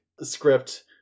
script